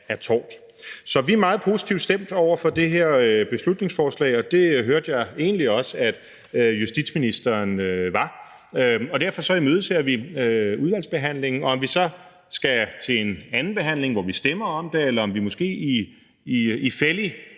Så vi er meget positive stemt over for det her beslutningsforslag, og det hørte jeg egentlig også at justitsministeren var, og derfor imødeser vi udvalgsbehandlingen. Om vi så skal til en anden behandling, hvor vi stemmer om det, eller om vi måske i fællig